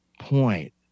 point